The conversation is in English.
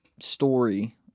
story